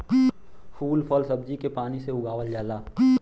फूल फल सब्जी के पानी से उगावल जाला